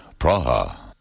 Praha